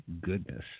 goodness